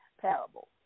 parable